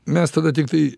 mes tada tiktai